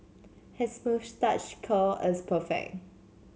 his moustache curl is perfect